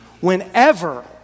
whenever